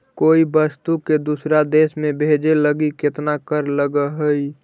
कोई वस्तु के दूसर देश में भेजे लगी केतना कर लगऽ हइ?